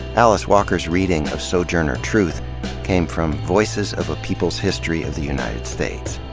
alice walker's reading of sojourner truth came from voices of a people's history of the united states.